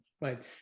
right